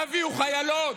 תביאו חיילות,